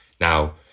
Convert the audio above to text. Now